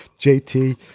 JT